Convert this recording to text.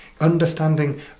Understanding